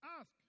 Ask